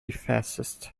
fascist